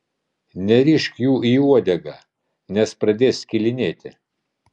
nerišk jų į uodegą nes pradės skilinėti